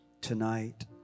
tonight